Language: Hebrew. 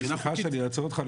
סליחה שאני עוצר אותך,